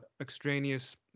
extraneous